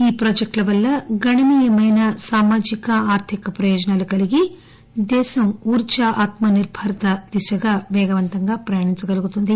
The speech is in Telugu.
ఈ ప్రాజెక్టుల వల్ల గణనీయమైన సామాజిక ఆర్థిక ప్రయోజనాలు కలిగి దేశం ఊర్దా ఆత్మ నిర్సర్ భారత్ దిశగా పేగవంతంగా ప్రయాణించగలుగుతుంది